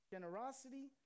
Generosity